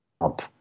up